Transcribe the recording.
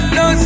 no